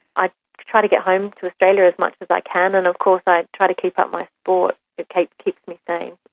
i try to get home to australia as much as i can, and of course i try to keep up my sport, it keeps keeps me sane.